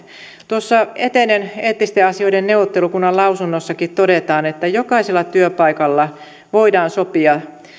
tuossa etenen eettisten asioiden neuvottelukunnan lausunnossakin todetaan että jokaisella työpaikalla voidaan sopia